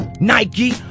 Nike